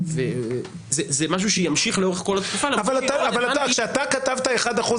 זה משהו שימשיך לאורך כל התקופה --- כשאתה כתבת אחוז אחד,